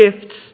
gifts